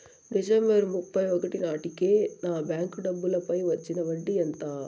December ముప్పై ఒకటి నాటేకి నా బ్యాంకు డబ్బుల పై వచ్చిన వడ్డీ ఎంత?